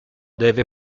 deve